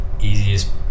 easiest